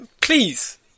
Please